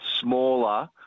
smaller